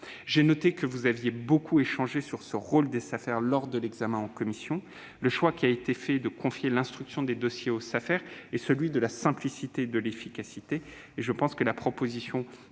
J'ai noté que vous aviez beaucoup échangé sur le rôle des Safer lors de l'examen du texte en commission. Le choix qui a été fait de confier l'instruction des dossiers aux Safer est celui de la simplicité et de l'efficacité. Je pense que la proposition